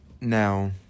Now